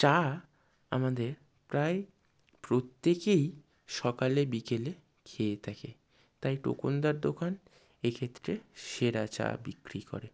চা আমাদের প্রায় প্রত্যেকেই সকালে বিকেলে খেয়ে থাকে তাই টুকুন দার দোকান এ ক্ষেত্রে সেরা চা বিক্রি করে